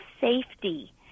safety